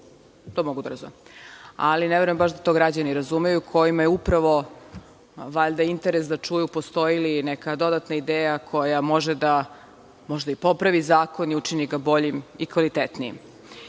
To mogu da razumem. Ne verujem baš da to građani razumeju kojima je interes da čuju postoji li neka dodatna ideja koja može da popravi zakon i učini ga boljim i kvalitetnijim. Kada